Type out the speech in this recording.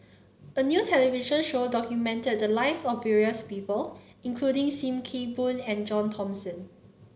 a new television show documented the lives of various people including Sim Kee Boon and John Thomson